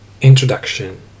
Introduction